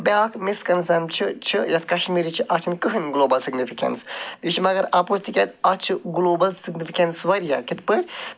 بیٛاکھ مِسکَنسٮ۪م چھِ چھِ یَتھ کَشمیٖری چھِ اَتھ چھَنہٕ کٕہۭنۍ گٕلوبَل سِگنِفِکٮ۪نٕس یہِ چھِ مَگر اَپُز تِکیٛازِ اَتھ چھِ گٕلوبَل سِگِنِفِکٮ۪نٕس واریاہ کِتھۍ پٲٹھۍ